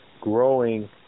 growing